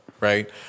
right